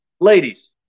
Ladies